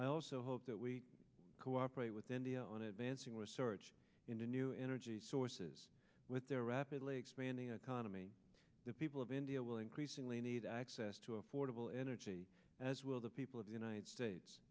hope that we cooperate with india on advancing research into new energy sources with their rapidly expanding economy the people of india will increasingly need access to affordable energy as will the people of the united states